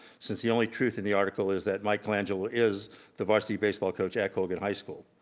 since the only truth in the article is that mike colangelo is the varsity baseball coach at colgan high school.